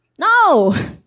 No